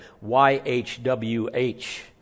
Y-H-W-H